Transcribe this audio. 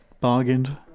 bargained